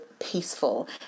peaceful